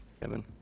Kevin